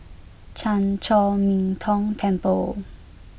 Chan Chor Min Tong Temple